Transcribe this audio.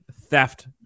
Theft